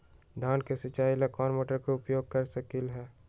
धान के सिचाई ला कोंन मोटर के उपयोग कर सकली ह?